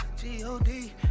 G-O-D